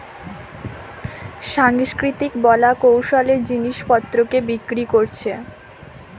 সাংস্কৃতিক কলা কৌশলের জিনিস পত্রকে বিক্রি কোরছে